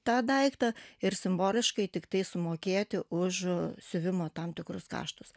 tą daiktą ir simboliškai tiktai sumokėti už siuvimo tam tikrus kaštus